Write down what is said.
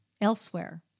elsewhere